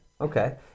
okay